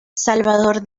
salvador